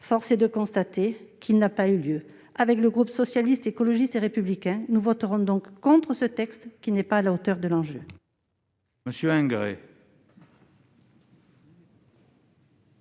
Force est de constater qu'il n'a pas eu lieu. Le groupe Socialiste, Écologiste et Républicain votera donc contre ce texte, qui n'est pas à la hauteur de l'enjeu. La parole est